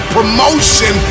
Promotion